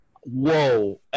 Whoa